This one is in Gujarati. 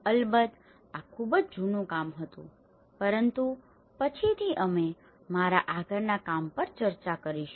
અલબત્ત આ ખૂબ જ જૂનું કામ હતું પરંતુ પછીથી અમે મારા આગળના કામ પર પણ ચર્ચા કરીશું